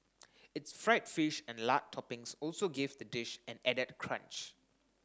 its fried fish and lard toppings also give the dish an added crunch